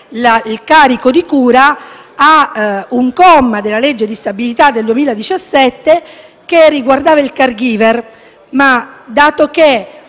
il carico di cura ad un comma della legge di stabilità del 2017, in materia di *caregiver*. Dato che